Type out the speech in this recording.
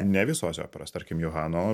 ne visose operose tarkim johano